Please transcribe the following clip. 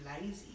lazy